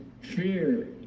fear